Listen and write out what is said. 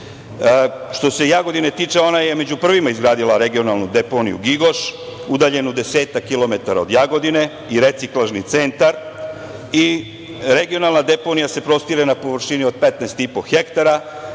se Jagodine tiče, ona je među prvima izgradila regionalnu deponiju "Gigoš", udaljenu desetak kilometara od Jagodine i reciklažni centar. Regionalna deponija se prostire na površini od 15,5 hektara